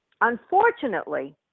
Unfortunately